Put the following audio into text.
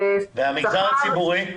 והמגזר הציבורי?